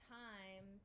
time